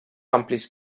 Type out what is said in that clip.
amplis